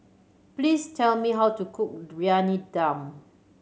please tell me how to cook Briyani Dum